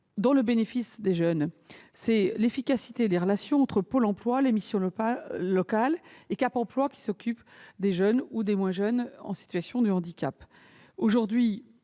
au profit des jeunes : l'efficacité des relations entre Pôle emploi, les missions locales et Cap emploi, organisme qui s'occupe des jeunes ou des moins jeunes en situation de handicap. Aujourd'hui,